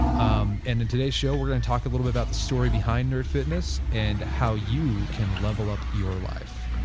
um and in today's show, we are going to talk a little bit about the story behind nerd fitness and how you can level-up your life